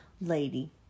lady